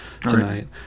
tonight